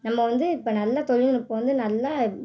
நம்ம வந்து இப்போ நல்ல தொழில்நுட்பம் வந்து நல்ல